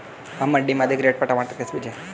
हम मंडी में अधिक रेट पर टमाटर कैसे बेचें?